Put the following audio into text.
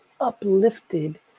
uplifted